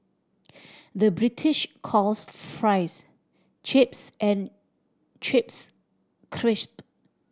the British calls fries chips and chips crisp